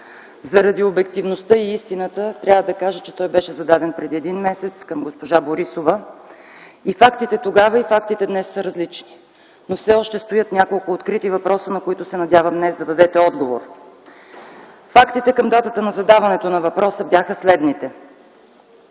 Заради обективността и истината трябва да кажа, че той беше зададен преди един месец към госпожа Борисова – фактите тогава, и фактите днес са различни, но все още стоят няколко открити въпроса, на които се надявам днес да дадете отговор. Фактите към датата на задаването на въпроса бяха следните.